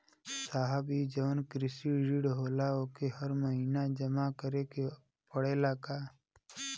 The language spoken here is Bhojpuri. साहब ई जवन कृषि ऋण होला ओके हर महिना जमा करे के पणेला का?